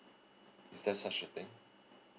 is there such a thing